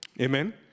Amen